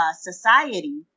society